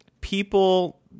People –